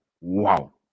Wow